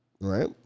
right